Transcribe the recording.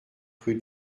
rue